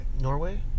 Norway